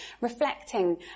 reflecting